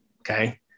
Okay